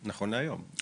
נכון להיום.